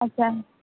अच्छा है